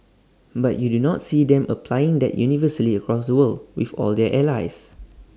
but you do not see them applying that universally across the world with all their allies